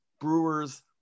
Brewers